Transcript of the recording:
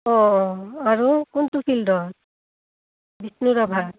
অঁ অঁ আৰু কোনটো ফিল্ডৰ বিষ্ণুৰাভাত